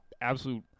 absolute